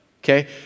Okay